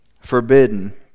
forbidden